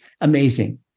amazing